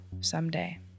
someday